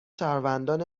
شهروندان